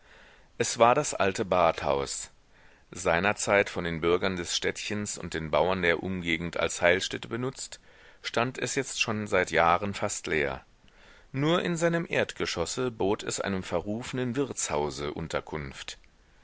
es war das alte badhaus seinerzeit von den bürgern des städtchens und den bauern der umgegend als heilstätte benützt stand es jetzt schon seit jahren fast leer nur in seinem erdgeschosse bot es einem verrufenen wirtshause unterkunft